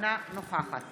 אינה נוכחת